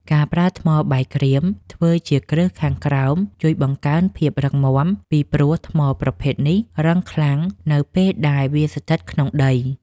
ការប្រើថ្មបាយក្រៀមធ្វើជាគ្រឹះខាងក្រោមជួយបង្កើនភាពរឹងមាំ ពីព្រោះថ្មប្រភេទនេះរឹងខ្លាំងនៅពេលដែលវាស្ថិតក្នុងដី។